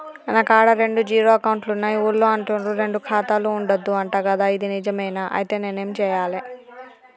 నా కాడా రెండు జీరో అకౌంట్లున్నాయి ఊళ్ళో అంటుర్రు రెండు ఖాతాలు ఉండద్దు అంట గదా ఇది నిజమేనా? ఐతే నేనేం చేయాలే?